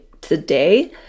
today